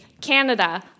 Canada